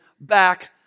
back